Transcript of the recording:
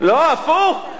ההתיישבויות האחרות, לא, הפוך.